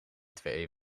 twee